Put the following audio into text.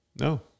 No